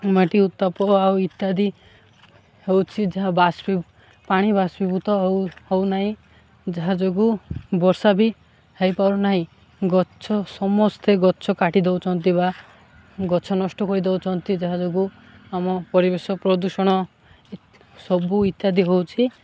ମାଟି ଉତ୍ତାପ ଆଉ ଇତ୍ୟାଦି ହେଉଛି ଯାହା ବାସ ପାଣି ବାଷ୍ପୀଭୂତ ହଉନାହିଁ ଯାହା ଯୋଗୁଁ ବର୍ଷା ବି ହୋଇପାରୁନାହିଁ ଗଛ ସମସ୍ତେ ଗଛ କାଟି ଦେଉଛନ୍ତି ବା ଗଛ ନଷ୍ଟ ହୋଇଦେଉଛନ୍ତି ଯାହା ଯୋଗୁଁ ଆମ ପରିବେଶ ପ୍ରଦୂଷଣ ସବୁ ଇତ୍ୟାଦି ହେଉଛି